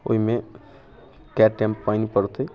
ओइमे कै टाइम पानि पड़तै